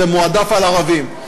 זה מועדף על ערבים.